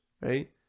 right